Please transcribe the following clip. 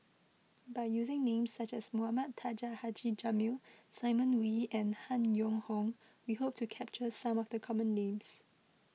by using names such as Mohamed Taha Haji Jamil Simon Wee and Han Yong Hong we hope to capture some of the common names